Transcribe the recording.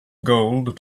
gold